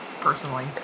personally